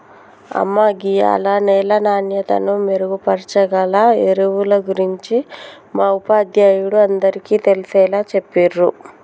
అమ్మ గీయాల నేల నాణ్యతను మెరుగుపరచాగల ఎరువుల గురించి మా ఉపాధ్యాయుడు అందరికీ తెలిసేలా చెప్పిర్రు